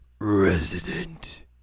Resident